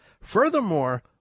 Furthermore